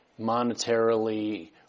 monetarily